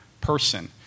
person